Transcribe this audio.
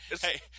Hey